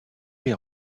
les